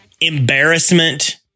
embarrassment